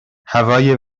هوای